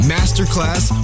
Masterclass